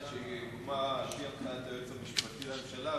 שהוקמה על-פי הנחיית היועץ המשפטי לממשלה,